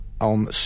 on